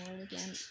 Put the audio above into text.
again